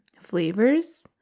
flavors